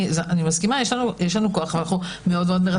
יש לנו כוח ואנחנו מאוד מאוד מרסנים אותו.